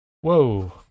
Whoa